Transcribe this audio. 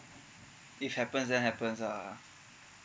if happens then happens ah